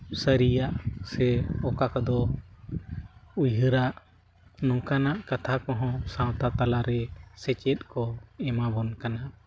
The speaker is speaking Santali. ᱥᱟᱹᱨᱤᱭᱟᱜ ᱥᱮ ᱚᱠᱟ ᱠᱚᱫᱚ ᱩᱭᱦᱟᱹᱨᱟᱜ ᱱᱚᱝᱠᱟᱱᱟᱜ ᱠᱟᱛᱷᱟ ᱠᱚᱦᱚᱸ ᱥᱟᱶᱛᱟ ᱛᱟᱞᱟᱨᱮ ᱥᱮᱪᱮᱫ ᱠᱚ ᱮᱢᱟᱵᱚᱱ ᱠᱟᱱᱟ